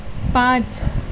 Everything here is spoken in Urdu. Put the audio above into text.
پانچ